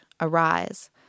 arise